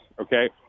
okay